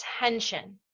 attention